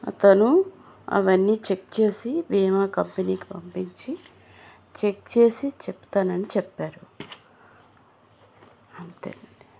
అతను అవన్నీ చెక్ చేసి బీమా కంపెనీకి పంపించి చెక్ చేసి చెప్తానని చెప్పారు అంతే